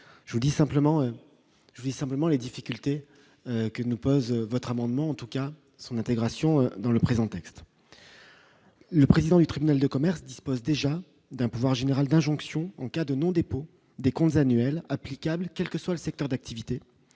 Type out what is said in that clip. je vais simplement les difficultés que nous posent votre amendement en tout cas son intégration dans le présent texte. Le président du tribunal de commerce dispose déjà d'un pouvoir général d'injonction en cas de non-dépôt des comptes annuels applicable quel que soit le secteur d'activité,